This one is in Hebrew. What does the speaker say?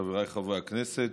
חבריי חברי הכנסת,